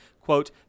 quote